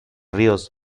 ríos